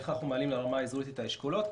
איך אנחנו מעלים לרמה האזורית את האשכולות,